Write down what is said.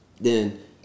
Then-